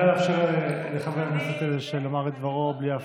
נא לאפשר לחבר הכנסת אדלשטיין לומר את דברו בלי הפרעה.